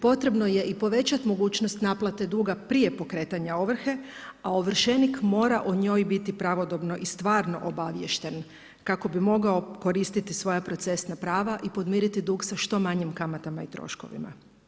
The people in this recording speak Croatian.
Potrebno je i povećati mogućnost naplate duga prije pokretanja ovrhe, a ovršenik mora o njoj biti pravodobno i stvarno obaviješten kako bi mogao koristiti svoja procesna prava i podmiriti dug sa što manjim kamatama i troškovima.